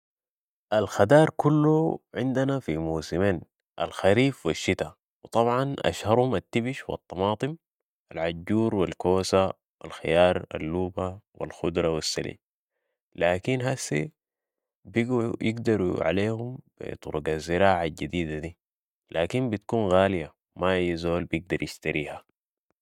الخدار كلو عندنا في موسمين الخريف و الشتا و طبعا اشهرهم التبش و الطماطم و العجور و الكوسة و الخيار و اللوبة و الخدرة و السلج ، لكن هسي بقوا يقدروا عليهم بي طرق الزراعة الجديدة دي لكن بتكون غالية و ما اي زول بيقدر يشتريها